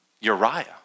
Uriah